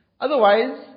Otherwise